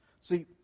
See